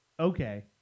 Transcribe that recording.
Okay